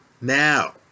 now